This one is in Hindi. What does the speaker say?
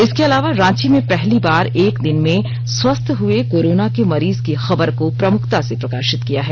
इसके अलावा रांची में पहली बार एक दिन में संक्रमितों से स्वस्थ हुए कोरोना के मरीज की खबर को प्रमुखता से प्रकाशित किया है